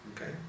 Okay